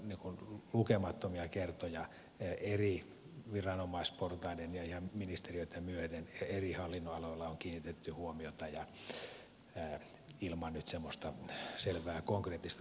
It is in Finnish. näihin on lukemattomia kertoja eri viranomaisportaita ja ihan ministeriöitä myöten eri hallinnonaloilla kiinnitetty huomiota ja ilman nyt semmoista selvää konkreettista tulosta